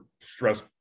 stress